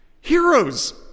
Heroes